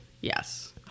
Yes